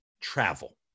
travel